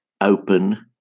open